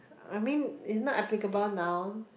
I mean is not applicable now